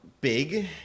big